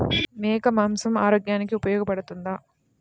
మేక మాంసం ఆరోగ్యానికి ఉపయోగపడుతుందా?